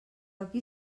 aquí